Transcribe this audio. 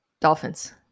Dolphins